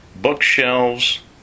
bookshelves